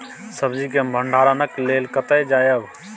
सब्जी के भंडारणक लेल कतय जायब?